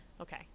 Okay